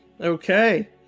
Okay